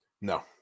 No